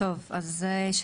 בבקשה.